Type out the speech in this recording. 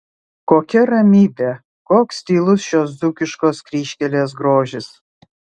kokia ramybė koks tylus šios dzūkiškos kryžkelės grožis